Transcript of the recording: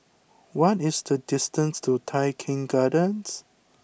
what is the distance to Tai Keng Gardens